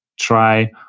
try